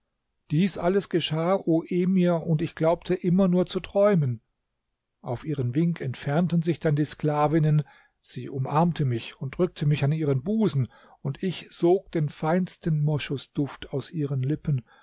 dies alles geschah o emir und ich glaubte immer nur zu träumen auf ihren wink entfernten sich dann die sklavinnen sie umarmte mich und drückte mich an ihren busen und ich sog den feinsten moschusduft aus ihren lippen